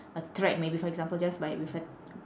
a thread maybe for example just by with a